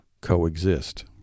coexist